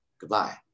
Goodbye